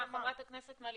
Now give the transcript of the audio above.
סליחה, חברת הכנסת מלינובסקי.